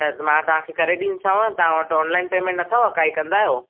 त मां तव्हांखे करे ॾींदीसाव तव्हां वटि ऑनलाइन पेमेंट अथव काई कंदा आहियो